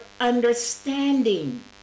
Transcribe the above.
understanding